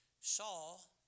Saul